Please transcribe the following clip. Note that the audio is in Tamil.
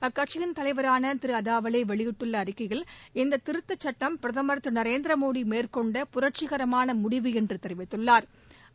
அக்கட்சியின் தலைவரானதிருஅதவாலேவெளியிட்டுள்ளஅறிக்கையில் இந்ததிருத்தச் சுட்டம் பிரதமா திருநரேந்திரமோடிமேற்கொண்ட புரட்சிகரமானமுடிவு என்றுதெரிவித்துள்ளாா்